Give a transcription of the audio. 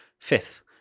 Fifth